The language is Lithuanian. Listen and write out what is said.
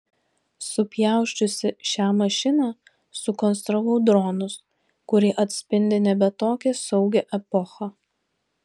supjausčiusi šią mašiną sukonstravau dronus kurie atspindi nebe tokią saugią epochą